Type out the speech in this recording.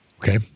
okay